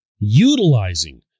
utilizing